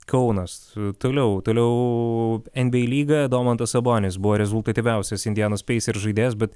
kaunas toliau toliau en by ei lyga domantas sabonis buvo rezultatyviausias indianos peisers žaidėjas bet